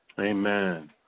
Amen